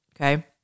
Okay